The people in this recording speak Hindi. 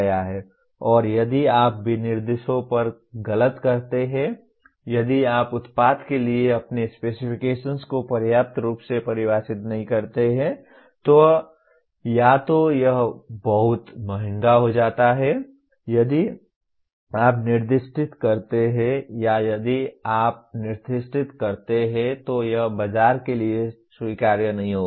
और यदि आप विनिर्देशों पर गलत करते हैं यदि आप उत्पाद के लिए अपने स्पेसिफिकेशन्स को पर्याप्त रूप से परिभाषित नहीं करते हैं तो या तो यह बहुत महंगा हो जाता है यदि आप निर्दिष्ट करते हैं या यदि आप निर्दिष्ट करते हैं तो यह बाजार के लिए स्वीकार्य नहीं होगा